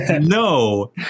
No